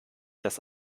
dass